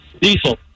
Diesel